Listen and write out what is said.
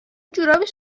جورابش